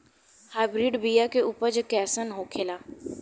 Hybrid बीया के उपज कैसन होखे ला?